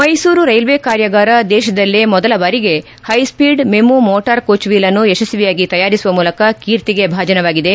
Mysuru railway ಕಾರ್ಯಾಗಾರ ದೇಶದಲ್ಲೇ ಮೊದಲ ಬಾರಿಗೆ high speed MEMU motor coach ಪ್ವೀಲನ್ನು ಯಶಸ್ವಿಯಾಗಿ ತಯಾರಿಸುವ ಮೂಲಕ ಕೀರ್ತಿಗೆ ಭಾಜನವಾಗಿದೆ